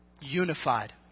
Unified